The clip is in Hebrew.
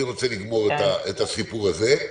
אני רוצה לגמור את הסיפור הזה,